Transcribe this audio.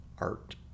Art